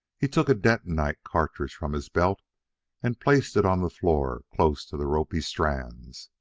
he took a detonite cartridge from his belt and placed it on the floor close to the ropy strands.